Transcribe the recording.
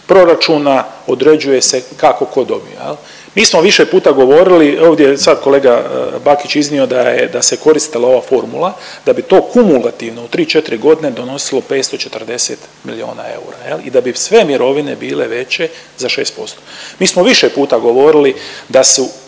proračuna određuje se kako tko dobiva. Mi smo više puta govorili ovdje je sad kolega Bakić iznio da je, da se koristila ova formula da bi to kumulativno u 3, 4 godine donosilo 540 milijuna eura i da bi sve mirovine bile veće za 6%. Mi smo više puta govorili da su